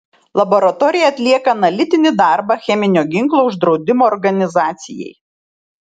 laboratorija atlieka analitinį darbą cheminio ginklo uždraudimo organizacijai